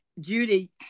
Judy